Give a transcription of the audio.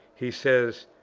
he says,